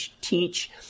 teach